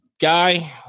guy